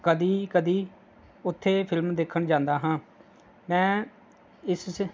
ਕਦੀ ਕਦੀ ਉੱਥੇ ਫ਼ਿਲਮ ਦੇਖਣ ਜਾਂਦਾ ਹਾਂ ਮੈਂ ਇਸ 'ਚ